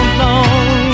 long